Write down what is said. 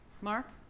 Mark